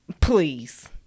Please